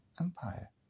empire